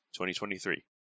2023